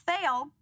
fail